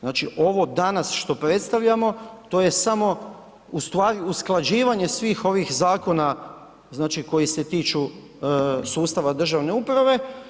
Znači ovo danas što predstavljamo to je samo ustvari usklađivanje svih ovih zakona koji se tiču sustava državne uprave.